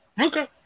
Okay